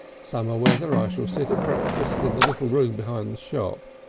summer weather i shall sit at breakfast in the little room behind the shop,